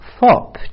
FOP